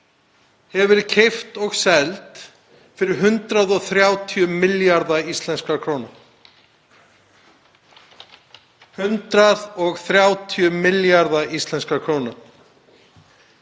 hefur verið keypt og seld fyrir 130 milljarða íslenskra króna